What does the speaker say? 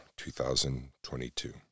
2022